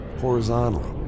horizontally